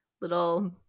little